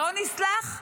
לא נסלח,